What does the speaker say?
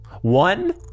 One